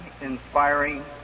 inspiring